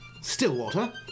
Stillwater